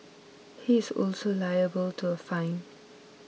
he is also liable to a fine